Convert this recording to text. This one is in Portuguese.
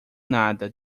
nada